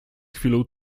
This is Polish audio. chwilą